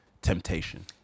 Temptation